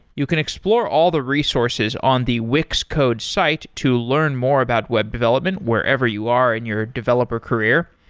you can explore all the resources on the wix code's site to learn more about web development wherever you are in your developer career.